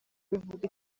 bivuga